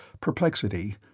perplexity